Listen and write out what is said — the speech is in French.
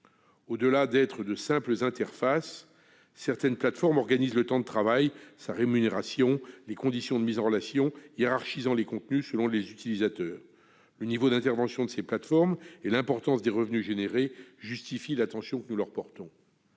au-delà de la simple fonction d'interface, certaines plateformes organisent le temps de travail, la rémunération et les conditions de mises en relation, hiérarchisant les contenus selon les utilisateurs. Le niveau d'intervention de ces plateformes et l'importance des revenus tirés de leur activité justifient l'attention que nous leur portons.